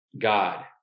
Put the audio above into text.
God